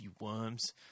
worms